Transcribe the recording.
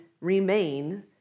remain